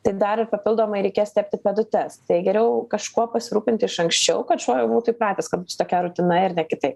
tai dar ir papildomai reikės tepti pėdutes tai geriau kažkuo pasirūpinti iš anksčiau kad šuo jau būtų įpratęs kad tokia rutina ir ne kitaip